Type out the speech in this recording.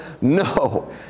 No